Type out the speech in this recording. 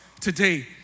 today